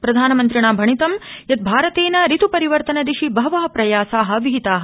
प्रधानमन्त्रिणा भणितं यत् भारतेन ऋत रिवर्तनदिशि बहव प्रयासा विहिता